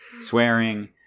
swearing